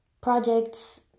projects